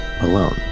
alone